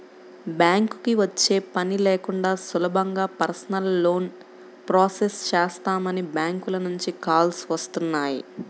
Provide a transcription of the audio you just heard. బ్యాంకుకి వచ్చే పని లేకుండా సులభంగా పర్సనల్ లోన్ ప్రాసెస్ చేస్తామని బ్యాంకుల నుంచి కాల్స్ వస్తున్నాయి